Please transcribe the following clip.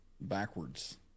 backwards